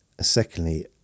secondly